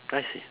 I see